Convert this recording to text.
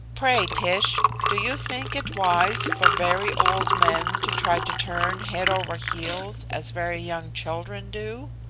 pray, tish, do you think it wise for very old men to try to turn head-over-heels as very young children do?